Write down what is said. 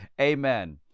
Amen